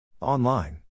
Online